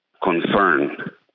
Concern